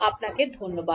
আপনাকে ধন্যবাদ